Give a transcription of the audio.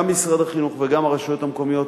גם משרד החינוך וגם הרשויות המקומיות,